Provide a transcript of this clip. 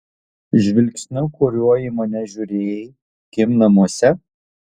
žvilgsniu kuriuo į mane žiūrėjai kim namuose